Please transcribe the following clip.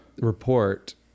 report